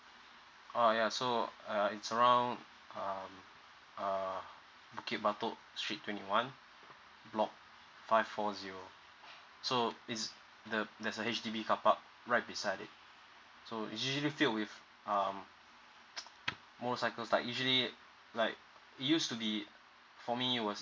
oh ya so uh it's around um uh bukit batok street twenty one block five four zero so it's the there's a H_D_B carpark right beside it so it's usually filled with um motorcycles like usually like it used to be for me it was